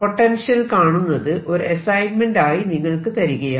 potential കാണുന്നത് ഒരു assignment ആയി നിങ്ങൾക്ക് തരികയാണ്